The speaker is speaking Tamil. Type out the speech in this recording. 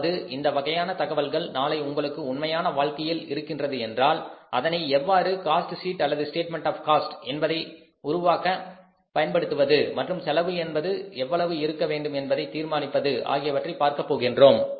அதாவது இந்த வகையான தகவல்கள் நாளை உங்களுடைய உண்மையான வாழ்க்கையில் இருக்கின்றது என்றால் அதனை எவ்வாறு காஸ்ட் ஷீட் அல்லது ஸ்டேட்மெண்ட் ஆஃ காஸ்ட் என்பதை உருவாக்க பயன்படுத்துவது மற்றும் செலவு என்பது எவ்வளவு இருக்க வேண்டும் என்பதை தீர்மானிப்பது ஆகியவற்றை பார்க்கப் போகின்றோம்